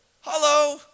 Hello